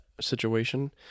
situation